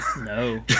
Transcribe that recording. No